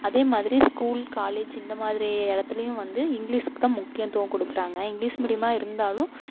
அதே மாதிரி school college இந்த மாதிரி இடத்துலையும் வந்து இங்கிலீஸூக்குதான் முக்கியத்துவம் கொடுக்குறாங்க இங்கிலீஸ் மீடியமாக இருந்தாலும்